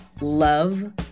love